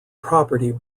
property